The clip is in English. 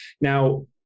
now